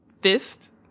fist